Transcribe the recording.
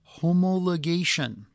homologation